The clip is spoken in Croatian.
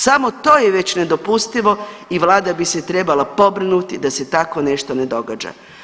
Samo to je već nedopustivo i vlada bi se trebala pobrinuti da se tako nešto ne događa.